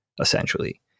essentially